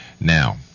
Now